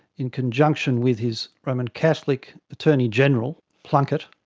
in conjunction with his roman catholic attorney general, plunkett,